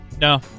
No